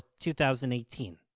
2018